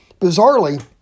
Bizarrely